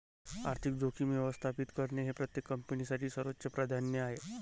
आर्थिक जोखीम व्यवस्थापित करणे हे प्रत्येक कंपनीसाठी सर्वोच्च प्राधान्य आहे